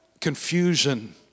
confusion